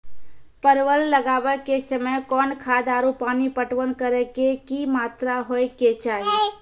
परवल लगाबै के समय कौन खाद आरु पानी पटवन करै के कि मात्रा होय केचाही?